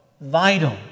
vital